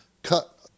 cut